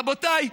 רבותיי,